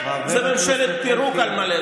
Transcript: זאת ממשלת פירוק על מלא,